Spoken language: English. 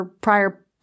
prior